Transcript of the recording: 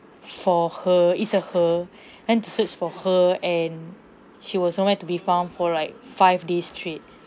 for her it's a her went to search for her and she was nowhere to be found for like five days straight